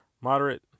moderate